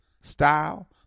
style